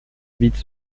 beat